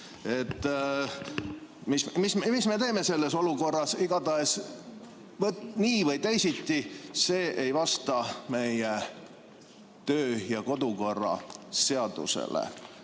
Mis me teeme selles olukorras? Igatahes nii või teisiti see ei vasta meie kodu- ja töökorra seadusele.